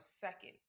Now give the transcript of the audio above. second